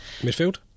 Midfield